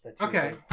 Okay